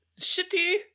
shitty